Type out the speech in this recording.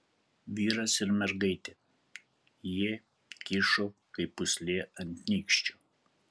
vyras ir mergaitė jie kyšo kaip pūslė ant nykščio